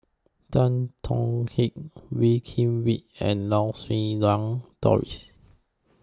Tan Tong Hye Wee Kim Wee and Lau Siew Lang Doris